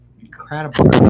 Incredible